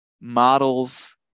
models